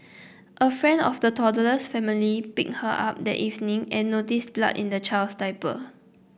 a friend of the toddler's family picked her up that evening and noticed blood in the child's diaper